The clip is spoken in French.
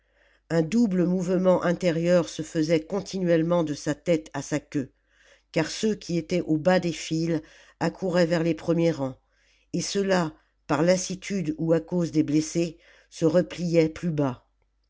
un double mouvement intérieur se faisait continuellement de sa tête à sa queue car ceux qui étaient au bas des files accouraient vers les premiers rangs et ceux-là par lassitude ou à cause des blessés se repliaient plus bas